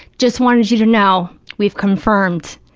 just wanted you to know, we've confirmed,